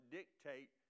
dictate